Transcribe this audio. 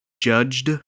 judged